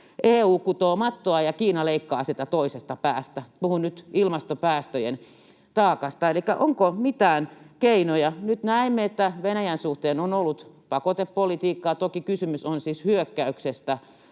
EU kutoo mattoa ja Kiina leikkaa sitä toisesta päästä? Puhun nyt ilmastopäästöjen taakasta. Elikkä onko mitään keinoja? Nyt näemme, että Venäjän suhteen on ollut pakotepolitiikkaa. Toki kysymys on siis hyökkäyksestä